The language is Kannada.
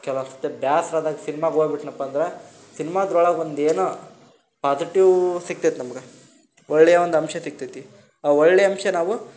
ಕೆಲ್ವೊಂದು ಸಲ ಬೇಸ್ರ ಆದಾಗ ಸಿನ್ಮಾಗೆ ಹೋಗ್ಬಿಟ್ನಪ್ಪ ಅಂದ್ರೆ ಸಿನ್ಮಾದ್ರೊಳಗೆ ಒಂದು ಏನೋ ಪಾಸಿಟಿವ್ ಸಿಕ್ತೈತ್ ನಮ್ಗೆ ಒಳ್ಳೆಯ ಒಂದು ಅಂಶ ಸಿಕ್ತದೆ ಆ ಒಳ್ಳೆಯ ಅಂಶ ನಾವು